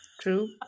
True